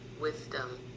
wisdom